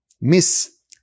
miss